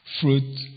fruit